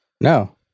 No